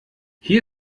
hier